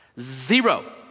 Zero